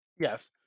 Yes